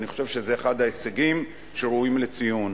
אני חושב שזה אחד ההישגים שראויים לציון.